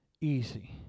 easy